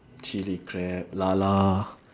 chilli crab lala